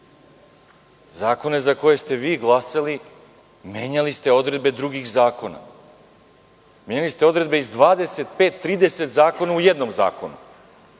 Zakone za koje ste vi glasali, menjali ste odredbe drugih zakona. Menjali ste odredbe iz 25, 30 zakona u jednom zakonu.